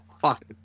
Fuck